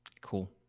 Cool